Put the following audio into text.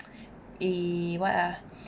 eh what ah